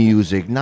Music